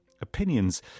Opinions